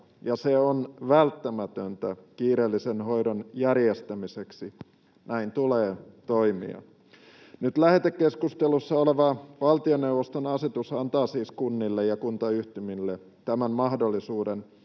se on välttämätöntä kiireellisen hoidon järjestämiseksi, näin tulee toimia. Nyt lähetekeskustelussa oleva valtioneuvoston asetus antaa siis kunnille ja kuntayhtymille tämän mahdollisuuden